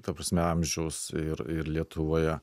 ta prasme amžiaus ir ir lietuvoje